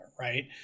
right